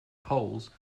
poles